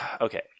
Okay